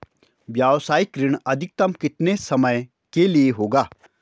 व्यावसायिक ऋण अधिकतम कितने समय के लिए होगा?